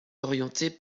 orientés